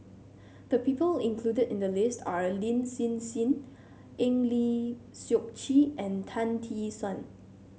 the people included in the list are Lin Hsin Hsin Eng Lee Seok Chee and Tan Tee Suan